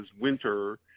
winter